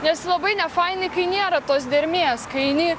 nes labai nefainai kai nėra tos dermės kai eini